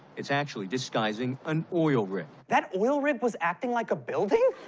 it's actually disguising an oil rig. that oil rig was acting like a building?